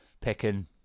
picking